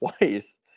twice